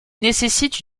nécessitent